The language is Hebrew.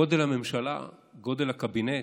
גודל הממשלה, גודל הקבינט,